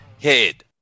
head